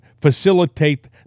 facilitate